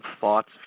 thoughts